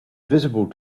visible